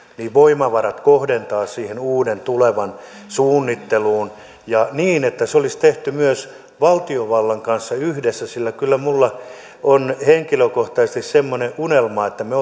voimavarat kohdentaa siihen uuden tulevan suunnitteluun niin että se olisi tehty myös valtiovallan kanssa yhdessä kyllä minulla on henkilökohtaisesti semmoinen unelma että me